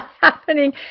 happening